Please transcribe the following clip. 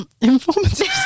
informative